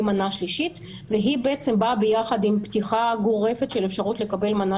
מנה שלישית והיא באה ביחד עם פתיחה גורפת של אפשרות לקבל מנה